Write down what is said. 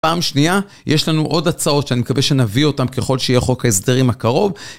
פעם שנייה יש לנו עוד הצעות שאני מקווה שנביא אותן ככל שיהיה חוק ההסדרים הקרוב